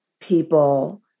people